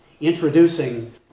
introducing